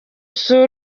usure